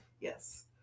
Yes